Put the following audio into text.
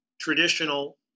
traditional